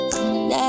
Now